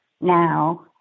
now